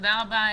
תודה רבה,